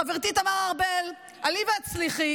חברתי תמר ארבל, עלי והצליחי.